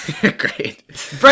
Great